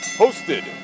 hosted